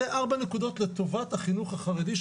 אלה ארבע נקודות לטובת החינוך החרדי,